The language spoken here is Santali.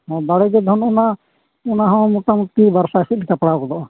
ᱦᱮᱸ ᱫᱟᱲᱮᱜᱮ ᱫᱷᱚᱱ ᱚᱱᱟ ᱚᱱᱟᱦᱚᱸ ᱢᱚᱴᱟᱢᱩᱴᱤ ᱵᱟᱨᱥᱟᱭ ᱥᱮᱫ ᱞᱮᱠᱟ ᱯᱟᱲᱟᱣ ᱜᱚᱫᱚᱜᱼᱟ